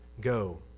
go